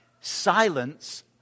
Silence